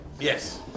Yes